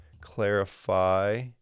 clarify